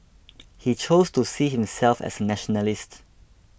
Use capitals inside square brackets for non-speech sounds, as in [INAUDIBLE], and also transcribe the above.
[NOISE] he chose to see himself as a nationalist